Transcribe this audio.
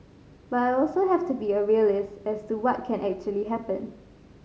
but I also have to be a realist as to what can actually happen